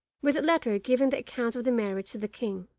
with a letter giving the account of the marriage to the king.